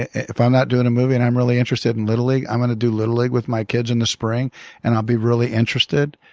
if i'm not doing a movie and i'm really interested in little league, i'm going to do little league with my kids in the spring and i'll be really interested.